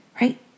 right